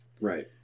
right